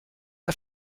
are